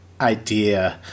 idea